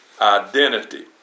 identity